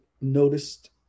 noticed